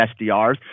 SDRs